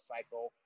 Cycle